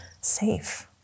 safe